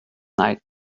night